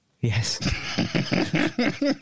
Yes